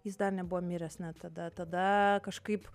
jis dar nebuvo miręs ne tada tada kažkaip